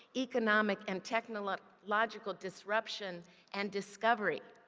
economic and technological disruption and discovery,